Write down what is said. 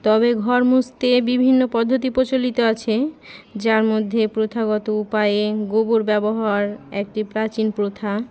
তবে ঘর মুছতে বিভিন্ন পদ্ধতি প্রচলিত আছে যার মধ্যে প্রথাগত উপায়ে গোবর ব্যবহার একটি প্রাচীন প্রথা